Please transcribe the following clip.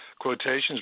quotations